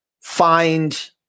find